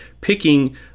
picking